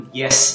yes